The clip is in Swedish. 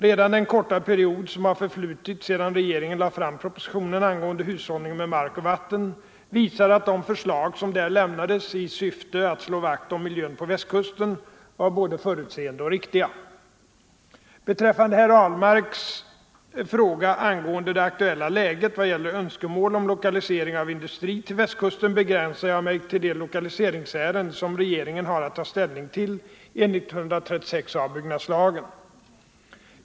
Redan den korta period som har förflutit sedan regeringen lade fram propositionen angående hushållning med mark och vatten visar att de förslag som där lämnades i syfte att slå vakt om miljön på Västkusten var både förutseende och riktiga. Beträffande herr Ahlmarks fråga angående det aktuella läget vad gäller önskemål om lokalisering av industri till Västkusten begränsar jag mig till de lokaliseringsärenden som regeringen har att ta ställning till enligt 136 a 8 byggnadslagen.